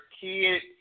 kid